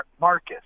Marcus